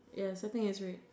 yes I think it's red